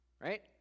Right